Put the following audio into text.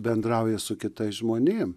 bendrauja su kitais žmonėm